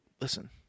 listen